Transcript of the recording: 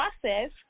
process